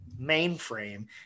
mainframe